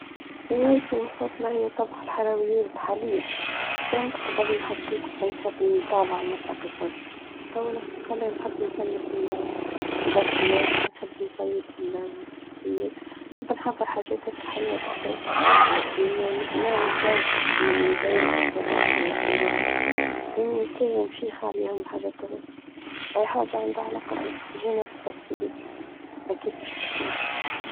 هوايتي المفضلة هي طبخ الحلويات حالياً كانت قبل نحب نطالع ونقرأ قصص طبعاً حقاً قلع نحب نطيب القطوات نحب نطيب البسكويات نحب نحضر حاجات هكا حلوة تتاكل نعمل جو كيف نزين خبزة قطوة إلا إنه كاين شيخ عليهم الحاجات تذوق أي حاجة عندها علاقة بالكوجينة بالتطيب أكيد مش تخميط.